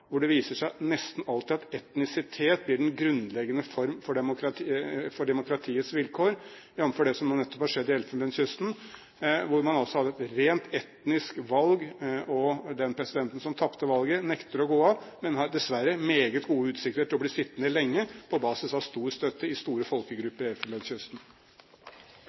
hvor det nesten alltid viser seg at etnisitet blir den grunnleggende form for demokratiets vilkår, jf. det som nå nettopp har skjedd i Elfenbenskysten, hvor man altså hadde et rent etnisk valg, og hvor den presidenten som tapte valget, nekter å gå av, men dessverre har meget gode utsikter til å bli sittende lenge på basis av stor støtte i store folkegrupper i